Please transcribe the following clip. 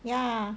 ya